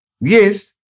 Yes